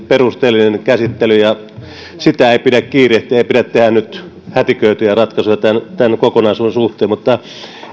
perusteellinen käsittely ja sitä ei pidä kiirehtiä ei pidä tehdä nyt hätiköityjä ratkaisuja tämän kokonaisuuden suhteen mutta